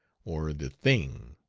or the thing.